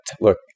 look